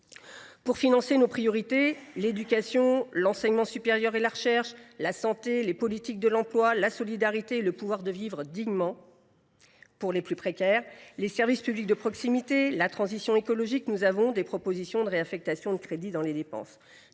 Pour financer nos priorités – l’éducation, l’enseignement supérieur et la recherche, la santé, les politiques de l’emploi, la solidarité, le pouvoir de vivre dignement pour les plus précaires, les services publics de proximité et la transition écologique –, nous proposons des réaffectations de crédits dans les dépenses.